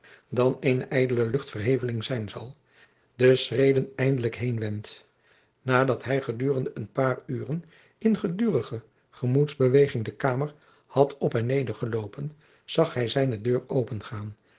dan eene ijdele luchtverheveling zijn zal de schreden eindelijk heenenwendt nadat hij gedurende een paar uren in gedurige gemoedsbeweging de kamer had op en neder gelopen zag hij zijne deur opengaan